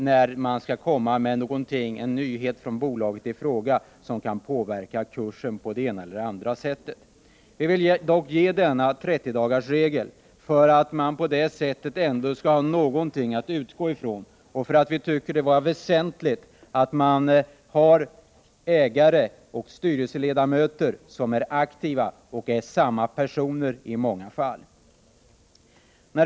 Det skulle kunna påverka kursen på det ena eller andra sättet. Denna 30-dagars regel gör att bolaget i fråga har något att utgå från. Vi tycker också det är väsentligt med ägare och styrelseledamöter som är aktiva. I många fall är det samma personer.